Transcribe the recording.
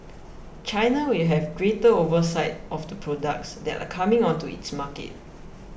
China will have greater oversight of the products that are coming onto its market